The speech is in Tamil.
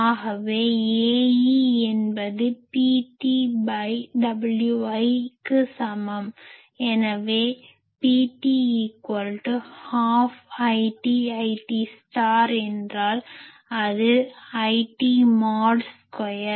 ஆகவே Ae என்பது PTWi க்கு சமம் எனவே PT ½ITIT என்றால் அது IT மோட் ஸ்கொயர்